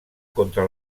contra